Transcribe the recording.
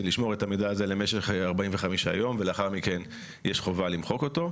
לשמור את המידע הזה למשך 45 יום ואחר כך למחוק אותו,